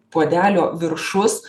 puodelio viršus